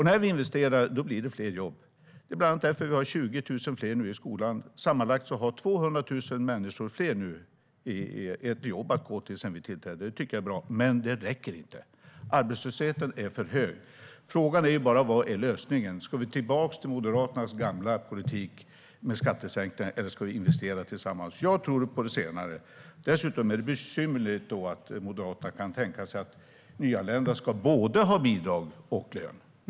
När vi investerar blir det fler jobb. Bland annat därför har vi nu 20 000 fler i skolan. Sedan vi tillträdde har sammanlagt 200 000 fler människor ett jobb att gå till, vilket jag tycker är bra. Men det räcker inte. Arbetslösheten är för hög. Frågan är bara vad lösningen är. Ska vi tillbaka till Moderaternas gamla politik med skattesänkningar, eller ska vi investera tillsammans? Jag tror på det senare. Dessutom är det besynnerligt att Moderaterna kan tänka sig att nyanlända ska ha både bidrag och lön.